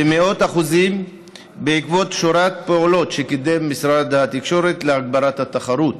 במאות אחוזים בעקבות שורת פעולות שקידם משרד התקשורת להגברת התחרות.